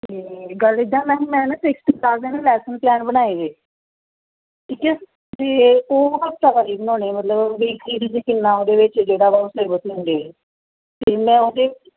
ਅਤੇ ਗੱਲ ਇੱਦਾ ਮੈਮ ਮੈਂ ਨਾ ਸਿਕਸਥ ਕਲਾਸ ਦਾ ਨਾ ਲੈਸਨ ਪਲੈਨ ਬਣਾਏ ਗਏ ਠੀਕ ਹੈ ਅਤੇ ਉਹ ਚਾਲੀ ਬਣਾਉਣੇ ਮਤਲਬ ਵੀਕਲੀ ਉਹਦੇ 'ਚ ਕਿੰਨਾ ਉਹਦੇ ਵਿੱਚ ਜਿਹੜਾ ਵਾ ਉਹ ਸਿਲੇਬਸ ਦਿੰਦੇ ਅਤੇ ਮੈਂ ਉਹਦੇ